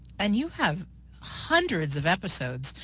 and you have hundreds of episodes.